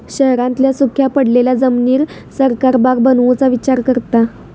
शहरांतल्या सुख्या पडलेल्या जमिनीर सरकार बाग बनवुचा विचार करता